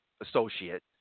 associate